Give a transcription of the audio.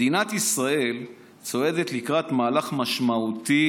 מדינת ישראל צועדת לקראת מהלך משמעותי